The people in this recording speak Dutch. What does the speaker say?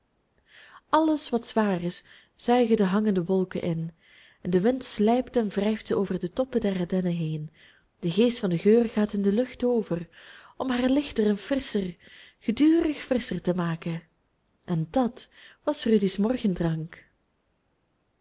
alles wat zwaar is zuigen de hangende wolken in en de wind slijpt en wrijft ze over de toppen der dennen heen de geest van den geur gaat in de lucht over om haar lichter en frisscher gedurig frisscher te maken en dat was